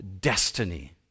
destiny